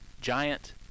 Giant